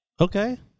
Okay